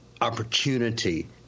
opportunity